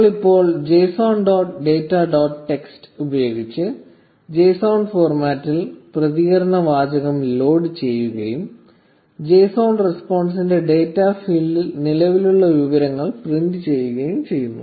നമ്മൾ ഇപ്പോൾ json dot data dot text ഉപയോഗിച്ച് JSON ഫോർമാറ്റിൽ പ്രതികരണ വാചകം ലോഡ് ചെയ്യുകയും JSON റെസ്പോൺസ് ന്റെ ഡാറ്റാ ഫീൽഡിൽ നിലവിലുള്ള വിവരങ്ങൾ പ്രിന്റ് ചെയ്യുകയും ചെയ്യുന്നു